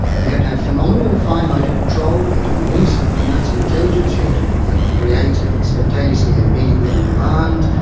you have to have phenomenal fine motor control, you have to have an enormous amount of intelligence, you have to be able to create spontaneously and immediately on demand,